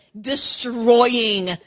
destroying